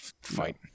fight